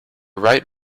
write